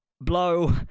blow